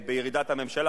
יותר בירידת הממשלה,